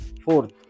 Fourth